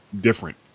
different